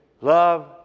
Love